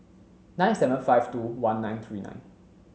nine seven five two one nine three nine